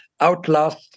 outlast